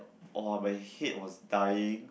!wow! my head was dying